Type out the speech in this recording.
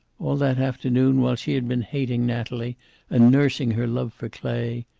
all that afternoon, while she had been hating natalie and nursing her love for clay,